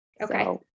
Okay